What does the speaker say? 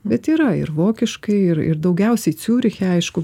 bet yra ir vokiškai ir ir daugiausiai ciūriche aišku